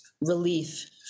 relief